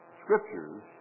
Scriptures